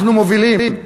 אנחנו מובילים.